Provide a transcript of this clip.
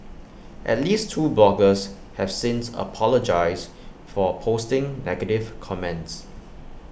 at least two bloggers have since apologised for posting negative comments